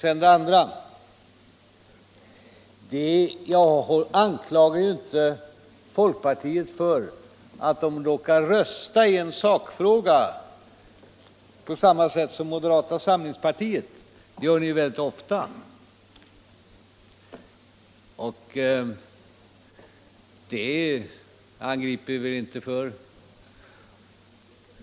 Jag anklagar inte folkpartiet för att man råkar rösta i en sakfråga på samma sätt som moderata samlingspartiet. Det gör ni ofta, och det angriper vi er inte för.